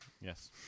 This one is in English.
Yes